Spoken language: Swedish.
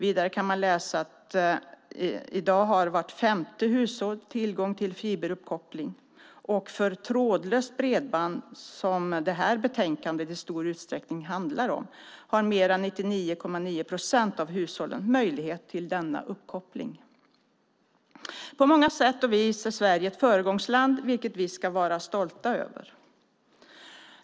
I dag har vart femte hushåll tillgång till fiberuppkoppling. Och när det gäller trådlöst bredband, som det här betänkandet i stor utsträckning handlar om, har mer än 99,9 procent av hushållen möjlighet till denna uppkoppling. På många sätt och vis är Sverige ett föregångsland, vilket vi ska vara stolta över.